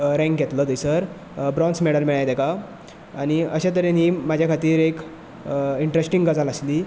rank घेतलो थंयसर bronze medal मेळ्ळें ताका आनी अशे तरेन ही म्हजे खातीर एक इन्ट्रस्टींग गजाल आशिल्ली